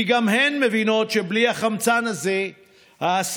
כי גם הן מבינות שבלי החמצן הזה העסקים